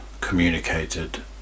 communicated